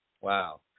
Wow